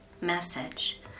message